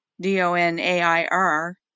D-O-N-A-I-R